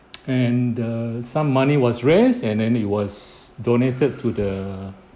and err some money was raised and then it was donated to the